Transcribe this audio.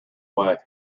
way